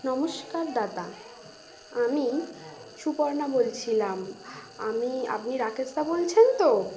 নমস্কার দাদা আমি সুপর্ণা বলছিলাম আমি আপনি রাকেশদা বলছেন তো